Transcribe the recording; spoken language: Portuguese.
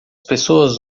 pessoas